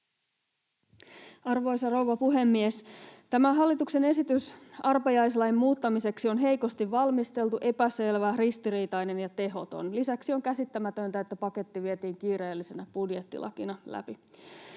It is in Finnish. Arvoisa rouva puhemies! Hallituksen esitys arpajaislain muuttamiseksi on heikosti valmisteltu, epäselvä, ristiriitainen ja tehoton. Lisäksi on käsittämätöntä, että paketti vietiin läpi kiireellisenä budjettilakina.